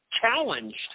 challenged